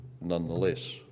nonetheless